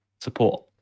support